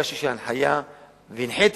הנחיתי